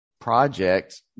project